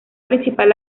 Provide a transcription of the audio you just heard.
principal